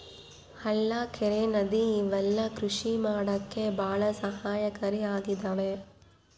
ಹಳ್ಳ ಕೆರೆ ನದಿ ಇವೆಲ್ಲ ಕೃಷಿ ಮಾಡಕ್ಕೆ ಭಾಳ ಸಹಾಯಕಾರಿ ಆಗಿದವೆ